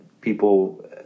people